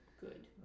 good